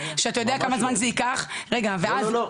שאתה יודע כמה זמן זה ייקח ואז לא,